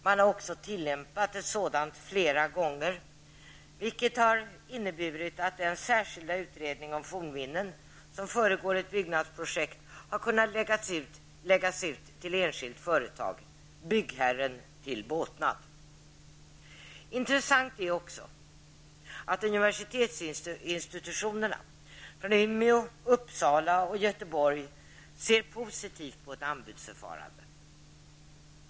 Man har också tillämpat ett sådant flera gånger, vilket har inneburit att den särskilda utredning om fornminnen som föregår ett byggnadsprojekt har kunnat läggas ut på enskilt företag, byggherren till båtnad. Intressant är också att universitetsinstitutionerna i Umeå, Uppsala och Göteborg ser positivt på ett anbudsförfarande.